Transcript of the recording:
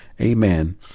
Amen